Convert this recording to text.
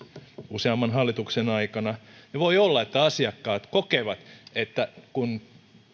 useamman hallituksen aikana voi olla että asiakkaat kokevat palvelun heikkenevän kun